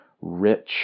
rich